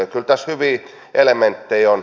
kyllä tässä hyviä elementtejä on